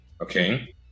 Okay